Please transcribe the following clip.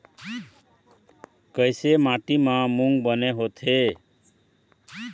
कइसे माटी म मूंग बने होथे?